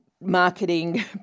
marketing